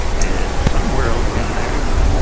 and somewhere in there,